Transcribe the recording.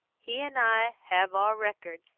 he and i have our record,